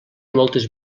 moltes